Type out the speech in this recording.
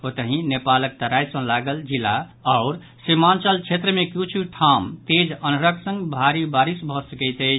ओतहि नेपालक तराई सँ लागल जिला आओर सीमांचल क्षेत्र मे किछु ठाम तेज अन्हरक संग भारी बारिश भऽ सकैत अछि